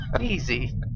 Easy